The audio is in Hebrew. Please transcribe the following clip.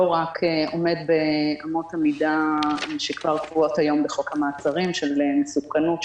לא רק עומד באמות המידה שכבר קבועות היום בחוק המעצרים: מסוכנות,